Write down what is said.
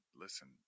listen